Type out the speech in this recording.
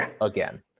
again